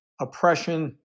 oppression